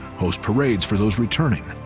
host parades for those returning,